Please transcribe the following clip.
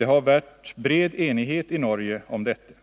Det har vert bred enighet i Norge om dette.